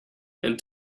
and